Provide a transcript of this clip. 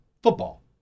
football